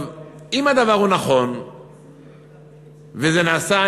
אם הדבר נכון וזה נעשה,